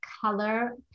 color